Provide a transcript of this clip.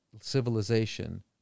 civilization